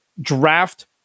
draft